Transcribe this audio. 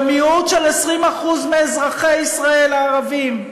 במיעוט של 20% מאזרחי ישראל הערבים,